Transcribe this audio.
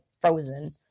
frozen